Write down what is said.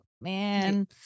man